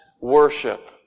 worship